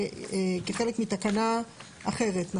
כחלק מתקנה אחרת.